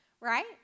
right